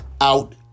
out